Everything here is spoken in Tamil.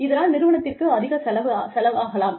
இதனால் நிறுவனத்திற்கு அதிக செலவாகலாம்